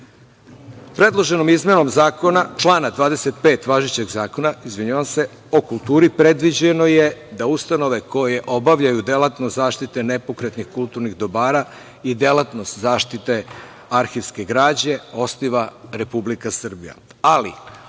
zakona, izvinjavam se, o kulturi, predviđeno je da ustanove koje obavljaju delatnost zaštite nepokretnih kulturnih dobara i delatnost zaštite arhivske građe osniva Republika Srbija,